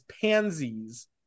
pansies